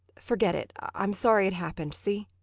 forget it. i'm sorry it happened, see?